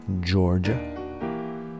Georgia